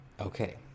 Okay